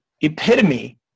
epitome